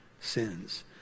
sins